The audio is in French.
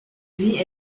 vie